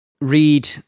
Read